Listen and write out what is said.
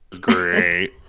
great